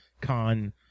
con